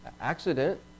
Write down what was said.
accident